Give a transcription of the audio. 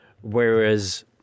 whereas